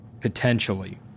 potentially